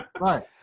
right